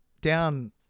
down